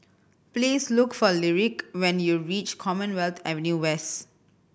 please look for Lyric when you reach Commonwealth Avenue West